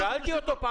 שאלתי אותו.